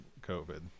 COVID